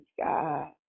God